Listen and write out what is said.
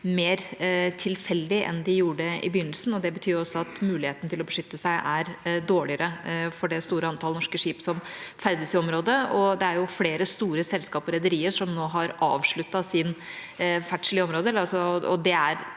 mer tilfeldig enn de gjorde i begynnelsen. Det betyr også at muligheten til å beskytte seg er dårligere for det store antallet norske skip som ferdes i området. Det er flere store selskaper og rederier som nå har avsluttet sin ferdsel i området,